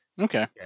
Okay